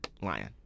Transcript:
Lion